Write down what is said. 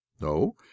no